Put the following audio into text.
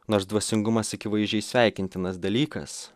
nors dvasingumas akivaizdžiai sveikintinas dalykas